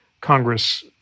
Congress